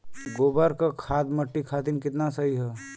गोबर क खाद्य मट्टी खातिन कितना सही ह?